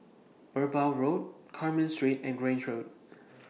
Merbau Road Carmen Street and Grange Road